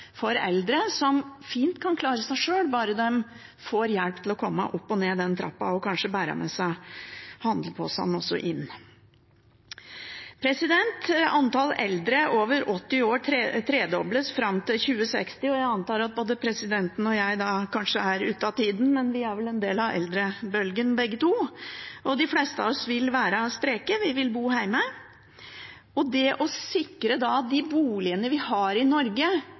for eldre som fint kan klare seg sjøl, bare de får hjelp til å komme seg opp og ned den trappa, og kanskje til å få båret med seg handleposene inn også. Antallet eldre over 80 år vil tredobles fram til 2060. Jeg antar at både presidenten og jeg da kanskje er ute av tida, men vi er vel en del av eldrebølgen begge to. De fleste av oss vil være spreke, vi vil bo hjemme, og vi må da sikre at de boligene vi har i Norge